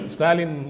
Stalin